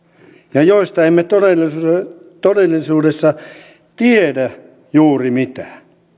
ja joista emme todellisuudessa tiedä juuri mitään